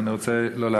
אני לא רוצה להאריך,